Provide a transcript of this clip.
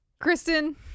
Kristen